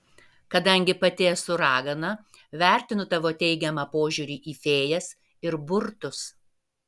kadangi pati esu ragana vertinu tavo teigiamą požiūrį į fėjas ir burtus